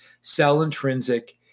cell-intrinsic